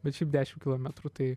bet šiaip dešim kilometrų tai